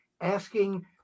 asking